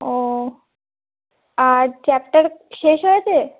ও আর চ্যাপ্টার শেষ হয়েছে